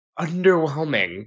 underwhelming